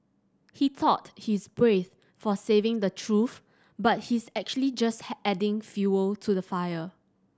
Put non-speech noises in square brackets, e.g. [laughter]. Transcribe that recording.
he thought he's brave for saying the truth but he's actually just [unintelligible] adding fuel to the fire